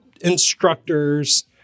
instructors